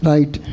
Right